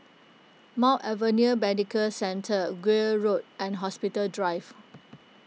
Mount Elizabeth Medical Centre Gul Road and Hospital Drive